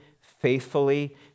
faithfully